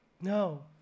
No